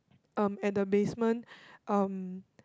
um at the basement um